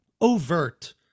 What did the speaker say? overt